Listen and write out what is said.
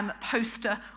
poster